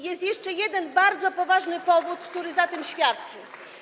Jest jeszcze jeden bardzo poważny powód, który o tym świadczy.